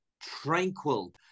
tranquil